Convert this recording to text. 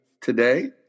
today